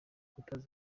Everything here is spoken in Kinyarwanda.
utazi